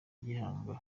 gihanga